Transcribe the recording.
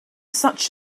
such